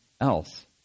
else